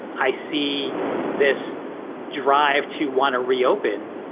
i see this drive to want to reopen.